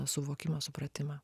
suvokimą supratimą